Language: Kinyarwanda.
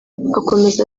akomeza